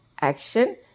action